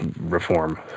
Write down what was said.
reform